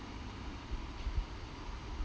and